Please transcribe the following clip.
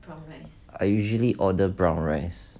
I usually order brown rice